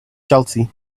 chelsea